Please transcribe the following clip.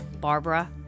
Barbara